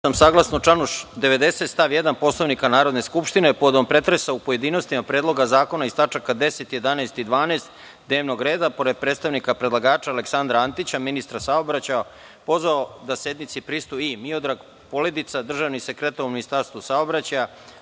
sam, saglasno članu 90. stav 1. Poslovnika Narodne skupštine, povodom pretresa u pojedinostima predloga zakona iz tačaka 10, 11. i 12. dnevnog reda, pored predstavnika predlagača Aleksandra Antića, ministra saobraćaja, pozvao da sednici prisustvuju i Miodrag Poledica, državni sekretar u Ministarstvu saobraćaja,